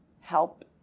help